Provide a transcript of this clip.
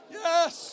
yes